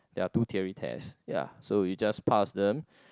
there are two theory test ya so you just pass them